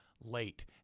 late